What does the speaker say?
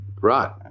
Right